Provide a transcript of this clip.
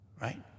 right